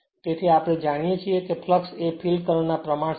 તેથી આપણે જાણીએ છીએ કે ફ્લક્સ એ ફિલ્ડ કરંટ ના પ્રમાણસર છે